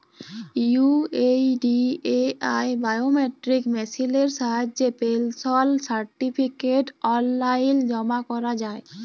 UIDAI biometric মেসিলের সাহায্যে pension certificate অললাইল জমা ক্যরা যায়